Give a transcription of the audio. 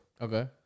Okay